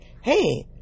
hey